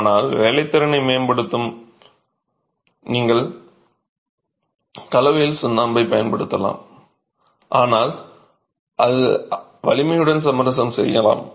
ஆனால் வேலைத்திறனை மேம்படுத்த நீங்கள் கலவையில் சுண்ணாம்பு பயன்படுத்தலாம் ஆனால் அது வலிமையுடன் சமரசம் செய்யலாம்